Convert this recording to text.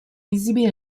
visibili